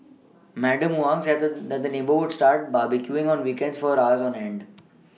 Madam Huang said the said the neighbour would start barbecuing on weekends for hours on end